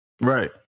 Right